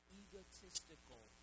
egotistical